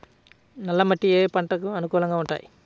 నల్ల మట్టి ఏ ఏ పంటలకు అనుకూలంగా ఉంటాయి?